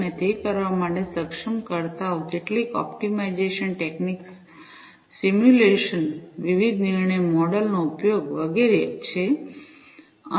અને તે કરવા માટે સક્ષમકર્તાઓ કેટલીક ઓપ્ટિમાઇઝેશન ટેકનિક સિમ્યુલેશન વિવિધ નિર્ણય મોડલ નો ઉપયોગ વગેરે છે